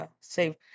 save